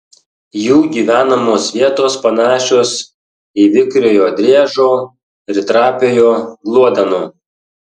jų gyvenamos vietos panašios į vikriojo driežo ir trapiojo gluodeno